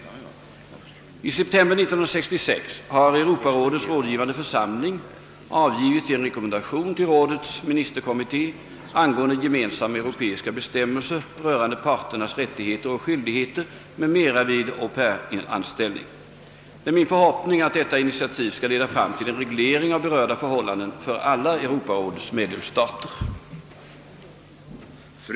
1 september 1966 har Europarådets rådgivande församling avgivit en rekommendation till rådets ministerkommitté angående gemensamma <euro peiska bestämmelser rörande parternas rättigheter och skyldigheter m.m. vid »au pair-anställning». Det är min förhoppning att detta initiativ skall leda fram till en reglering av berörda förhållanden för alla Europarådets medlemsstater.